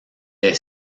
est